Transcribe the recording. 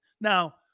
Now